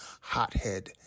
Hothead